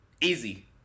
Easy